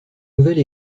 nouvelle